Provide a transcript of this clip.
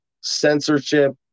censorship